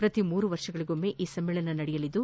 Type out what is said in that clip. ಪ್ರತಿ ಮೂರು ವರ್ಷಗಳಗೊಮ್ಮೆ ಈ ಸಮ್ಮೇಳನ ನಡೆಯಲಿದ್ದು